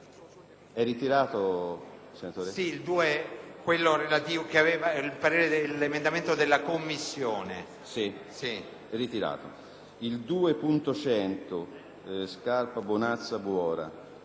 2.100 Scarpa Bonazza Buora